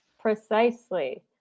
Precisely